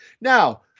Now